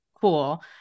cool